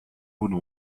would